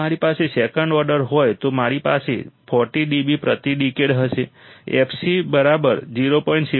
જો મારી પાસે સેકન્ડ ઓર્ડર હોય તો મારી પાસે 40 dB પ્રતિ ડિકેડ હશે fc 0